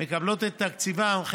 מקבלות את תקציבן,